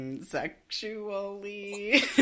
sexually